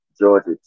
Georgia